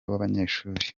w’abanyeshuri